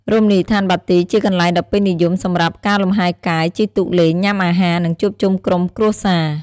រមណីយដ្ឋានបាទីជាកន្លែងដ៏ពេញនិយមសម្រាប់ ការលំហែកាយ ជិះទូកលេង ញ៉ាំអាហារ និងជួបជុំក្រុមគ្រួសារ។